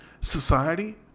society